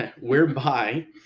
whereby